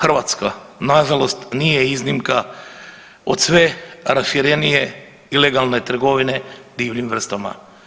Hrvatska nažalost nije iznimka od sve raširenije ilegalne trgovine divljim vrstama.